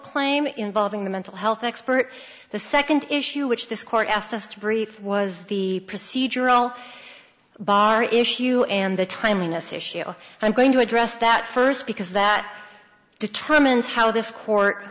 claim involving the mental health expert the second issue which this court asked us to brief was the procedural bar issue and the timeliness issue i'm going to address that first because that determines how this court